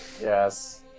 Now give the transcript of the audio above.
Yes